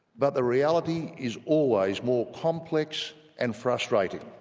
but the reality is always more complex and frustrating.